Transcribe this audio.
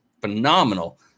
Phenomenal